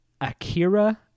Akira